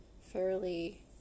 fairly